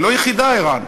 היא לא יחידה, ער"ן,